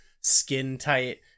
skin-tight